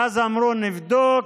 ואז אמרו: נבדוק.